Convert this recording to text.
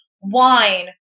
wine